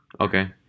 Okay